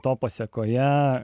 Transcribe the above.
to pasekoje